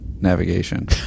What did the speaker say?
Navigation